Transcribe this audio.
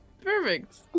Perfect